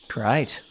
Great